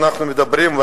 אנחנו מדברים,